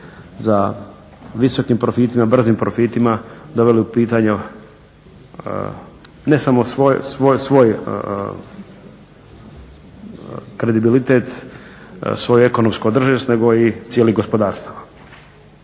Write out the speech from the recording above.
za visokim i brzim profitima doveli u pitanje ne samo svoj kredibilitet, svoje ekonomsko tržište nego i cijelih gospodarstava.